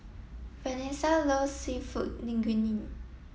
Venessa loves Seafood Linguine